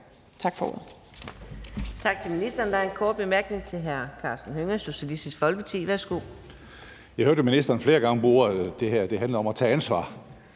Tak for ordet.